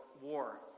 war